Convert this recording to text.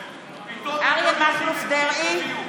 במקום, (קוראת בשמות חברי הכנסת)